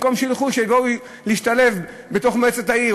במקום שילכו שיבואו להשתלב בתוך מועצת העיר?